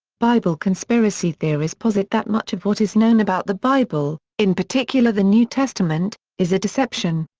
bible conspiracy theories posit that much of what is known about the bible, in particular the new testament, is a deception.